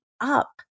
up